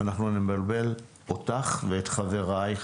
אנחנו נבלבל אותך ואת חברייך,